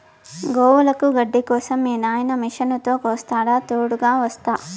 గోవులకి గడ్డి కోసం మీ నాయిన మిషనుతో కోస్తాడా తోడుగ వస్తా